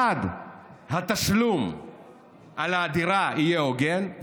1. התשלום על הדירה יהיה הוגן,